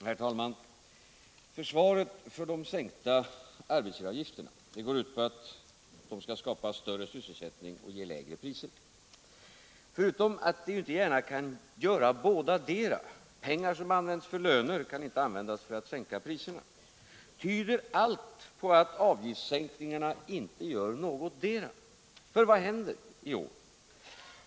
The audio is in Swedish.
Herr talman! Försvaret för de sänkta arbetsgivaravgifterna går ut på att denna åtgärd skall skapa större sysselsättning och ge lägre priser. Förutom att avgiftssänkningarna inte kan göra bådadera — pengar som används för löner kan inte användas för att sänka priserna — tyder allt på att sänkningarna inte gör någotdera. För vad händer?